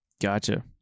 Gotcha